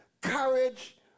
courage